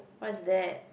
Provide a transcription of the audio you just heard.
what's that